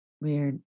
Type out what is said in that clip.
weird